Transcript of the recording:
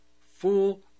full